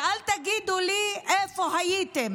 ואל תגידו לי, איפה הייתם?